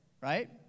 right